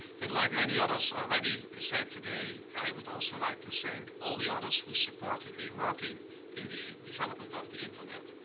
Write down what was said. but like many others already said today, i would also like to thank all the others who supported me working in the development of the internet.